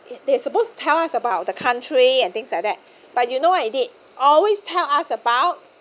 they are supposed to tell us about the country and things like that but you know what he did always tell us about